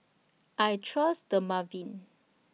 I Trust Dermaveen